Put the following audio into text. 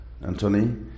Anthony